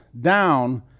down